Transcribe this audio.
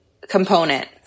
component